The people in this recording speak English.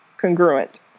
congruent